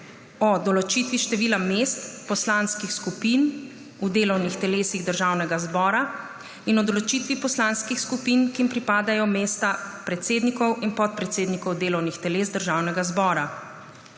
o določitvi števila mest poslanskih skupin v delovnih telesih Državnega zbora in o določitvi poslanskih skupin, ki jim pripadajo mesta predsednikov in podpredsednikov delovnih teles Državnega zbora.